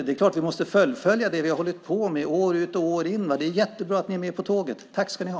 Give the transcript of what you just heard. Det är klart att vi måste fullfölja det som vi år ut och år in hållit på med. Det är jättebra att ni är med på tåget. Tack ska ni ha!